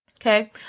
Okay